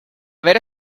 ver